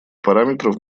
параметров